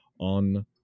on